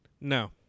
No